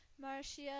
Marcia